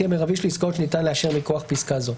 המרבי של עסקאות שליטה לאשר מכוח פסקה זו.